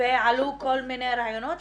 עלו כל מיני רעיונות,